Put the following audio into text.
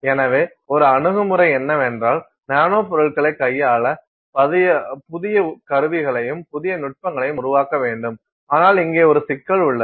எனவே ஒரு அணுகுமுறை என்னவென்றால் நானோ பொருள்களைக் கையாள புதிய கருவிகளையும் புதிய நுட்பங்களையும் உருவாக்க வேண்டும் ஆனால் இங்கே ஒரு சிக்கல் உள்ளது